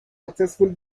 successfully